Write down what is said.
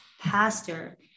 pastor